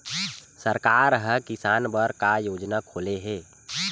सरकार ह किसान बर का योजना खोले हे?